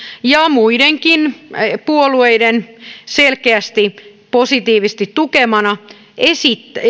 ja muidenkin puolueiden selkeästi positiivisesti tukemana esittää